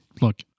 look